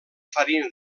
farina